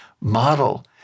model